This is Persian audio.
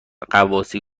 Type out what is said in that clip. غواصی